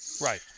right